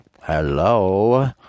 Hello